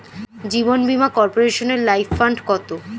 জীবন বীমা কর্পোরেশনের life fund কত?